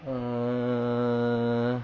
err